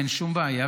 אין שום בעיה.